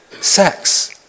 sex